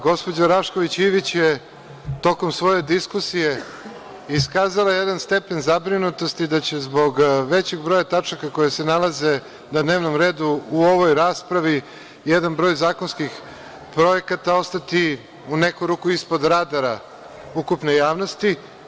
Gospođa Rašković Ivić je tokom svoje diskusije iskazala jedan stepen zabrinutosti da će zbog većeg broja tačaka koje se nalaze na dnevnom redu u ovoj raspravi jedan broj zakonskih projekata ostati u neku ruku ispod radara ukupne javnosti.